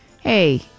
hey